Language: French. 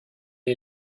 est